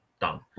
Done